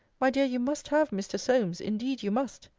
my dear, you must have mr. solmes indeed you must.